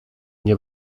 nie